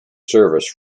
service